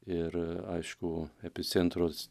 ir aišku epicentrus